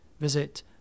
visit